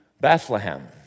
Bethlehem